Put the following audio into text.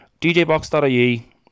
djbox.ie